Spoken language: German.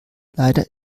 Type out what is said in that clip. leider